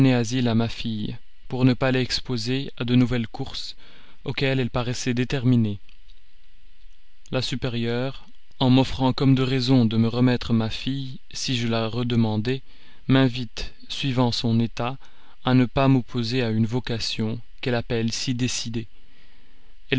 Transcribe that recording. asile à ma fille pour ne pas l'exposer à de nouvelles courses auxquelles elle paraissait déterminée la supérieure en m'offrant comme de raison de me remettre ma fille si je la redemandais m'invite suivant son état à ne pas m'opposer à une vocation qu'elle appelle si décidée